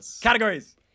Categories